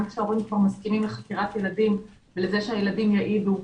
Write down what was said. גם כשההורים כבר מסכימים לחקירת ילדים ושהילדים יעידו,